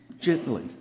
Gently